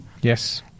yes